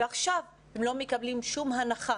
ועכשיו הם לא מקבלים שום הנחה.